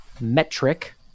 Metric